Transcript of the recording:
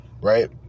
right